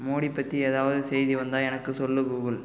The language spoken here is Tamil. மோடி பற்றி ஏதாவது செய்தி வந்தால் எனக்கு சொல்லு கூகுள்